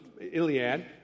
Iliad